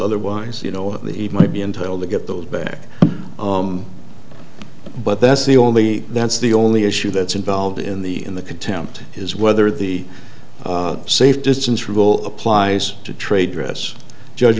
otherwise you know he might be entitled to get those back but that's the only that's the only issue that's involved in the in the contempt is whether the safe distance rule applies to trade dress judge